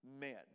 men